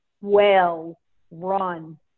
well-run